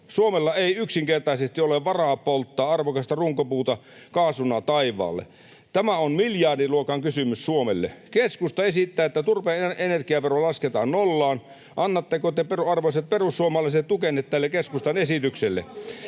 Suomella ei yksinkertaisesti ole varaa polttaa arvokasta runkopuuta kaasuna taivaalle. Tämä on miljardiluokan kysymys Suomelle. Keskusta esittää, että turpeen energiavero lasketaan nollaan. Annatteko te, arvoisat perussuomalaiset, tukenne tälle keskustan esitykselle?